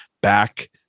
back